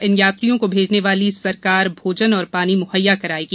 इन यात्रियों को भेजने वाली सरकार भोजन और पानी मुहैया कराएगी